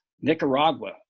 Nicaragua